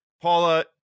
Paula